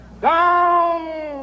down